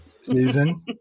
Susan